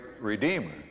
Redeemer